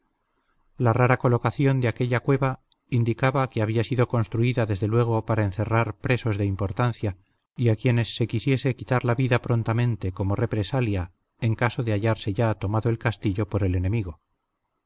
la rara colocación de aquella cueva indicaba que había sido construida desde luego para encerrar presos de importancia y a quienes se quisiese quitar la vida prontamente como represalia en caso de hallarse ya tomado el castillo por el enemigo